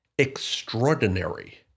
extraordinary